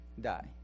die